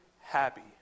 happy